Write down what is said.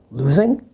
losing?